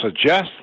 suggest